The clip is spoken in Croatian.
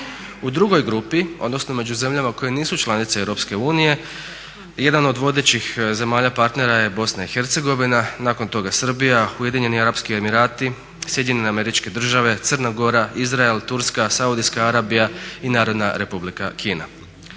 U drugoj grupi, odnosno među zemljama koje nisu članice EU jedna od vodećih zemalja partnera je BiH, nakon toga Srbija, UEA, SAD, Crna Gora, Izrael, Turska, Saudijska Arabija i Narodna Republika Kina.